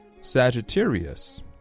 Sagittarius